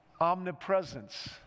omnipresence